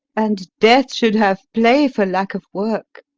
and death should have play for lack of work.